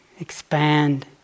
expand